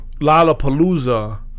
Lollapalooza